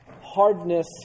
hardness